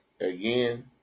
Again